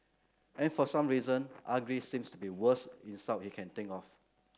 and for some reason ugly seems to be worst insult he can think of